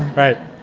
right.